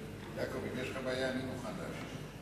יעקב, אם יש לך בעיה אני מוכן לגשת.